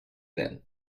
then